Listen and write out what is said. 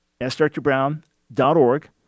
AskDrBrown.org